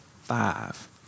five